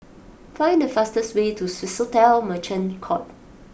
find the fastest way to Swissotel Merchant Court